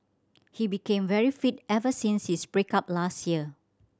he became very fit ever since his break up last year